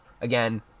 again